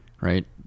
right